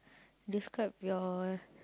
describe your